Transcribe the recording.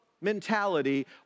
mentality